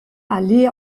allee